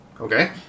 Okay